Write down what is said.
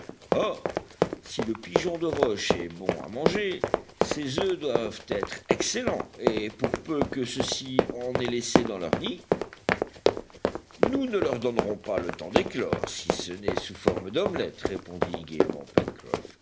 or si le pigeon de roche est bon à manger ses oeufs doivent être excellents et pour peu que ceux-ci en aient laissé dans leurs nids nous ne leur donnerons pas le temps d'éclore si ce n'est sous forme d'omelette répondit gaîment